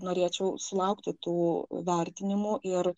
norėčiau sulaukti tų vertinimų ir